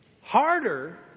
harder